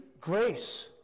Grace